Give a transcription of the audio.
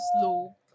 slow